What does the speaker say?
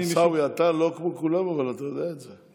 עיסאווי, אתה לא כמו כולם, אבל אתה יודע את זה.